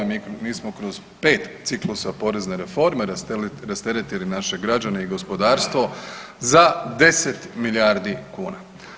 Mi smo kroz 5 ciklusa porezne reforme rasteretili naše građane i gospodarstvo za 10 milijardi kuna.